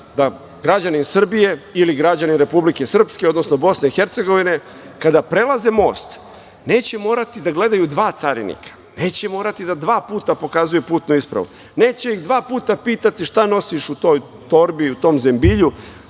da građani Srbije ili građani Republike Srpske, odnosno Bosne i Hercegovine, kada prelaze most neće morati da gledaju dva carinika, neće morati da dva puta pokazuju putnu ispravu, neće ih dva puta pitati šta nosiš u toj torbi, u tom zembilju,